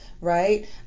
Right